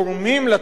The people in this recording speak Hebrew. חלק מהם.